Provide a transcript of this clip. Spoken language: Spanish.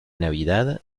navidad